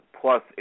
plus